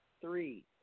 three